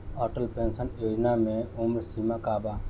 Atal pension Yojana मे उम्र सीमा का बा?